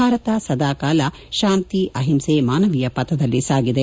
ಭಾರತ ಸದಾಕಾಲ ಶಾಂತಿ ಅಹಿಂಸೆ ಮಾನವೀಯ ಪಥದಲ್ಲಿ ಸಾಗಿದೆ